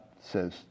says